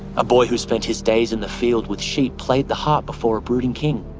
a boy who spent his days in the field with sheep played the harp before a brooding king.